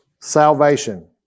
Salvation